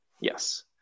Yes